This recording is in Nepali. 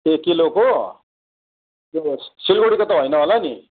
ए किलोको त्यो सिलगढीको त होइन होला नि